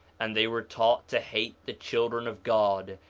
and they were taught to hate the children of god,